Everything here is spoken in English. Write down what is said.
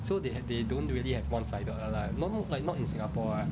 so they have they don't really have one sided lah like not not like not in singapore ah